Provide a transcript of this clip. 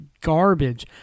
garbage